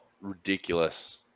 ridiculous